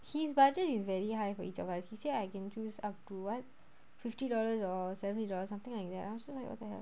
his budget is very high for each of us he said I can choose up to what fifty dollars or seventy dollars something like that I also like what the hell